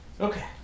Okay